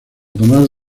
tomás